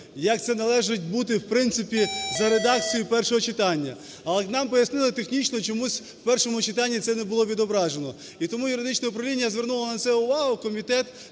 як це належить бути в принципі за редакцією першого читання. А от нам пояснили, технічно чомусь в першому читанні це не було відображено, і тому юридичне управління звернуло на це увагу, комітет